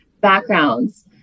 backgrounds